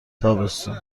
تابستون